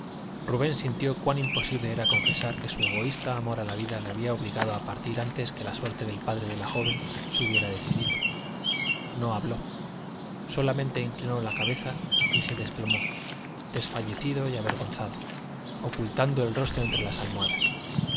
rubén sintió cuán imposible era confesar que su egoísta amor a la vida le había obligado a partir antes que la suerte del padre de la joven se hubiera decidido no habló solamente inclinó la cabeza y se desplomó desfallecido y avergonzado ocultando el rostro entre las almohadas